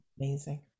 Amazing